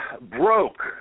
Broke